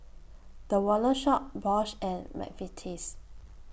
The Wallet Shop Bosch and Mcvitie's